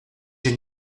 j’ai